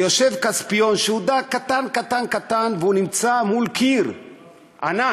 יושב כספיון, שהוא דג קטן קטן, ונמצא מול קיר ענק,